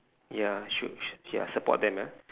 ya should should ya support them ah